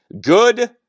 Good